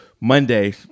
Monday